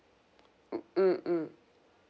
mm mm